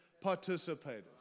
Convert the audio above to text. participators